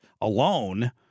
alone